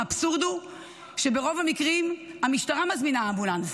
האבסורד הוא שברוב המקרים המשטרה מזמינה אמבולנס,